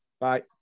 bye